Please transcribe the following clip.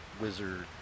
Wizard